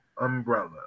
umbrella